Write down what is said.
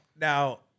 now